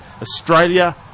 Australia